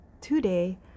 today